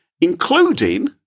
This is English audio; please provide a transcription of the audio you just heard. including